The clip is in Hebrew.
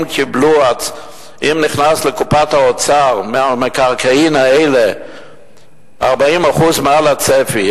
אם נכנס לקופת האוצר מהמקרקעין האלה 40% מעל הצפי,